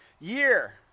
year